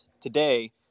today